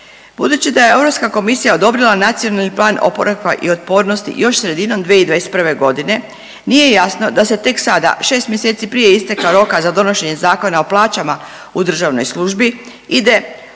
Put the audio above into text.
Budući da je Europska komisija odobrila NPOO još sredinom 2021.g. nije jasno da se tek sada 6 mjeseci prije isteka roka za donošenje Zakona o plaćama u državnoj službi ide